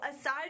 aside